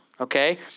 Okay